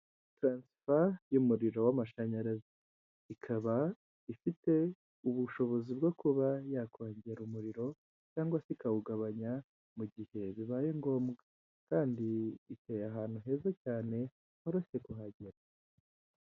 Amafaranga y'amanyamahanga aya mafaranga ni ininote y'igihumbi yo muri Nijeriya iyo ushaka ko bayikuvunjira mu madorari baguha ahwanyije neza agaciro kayo.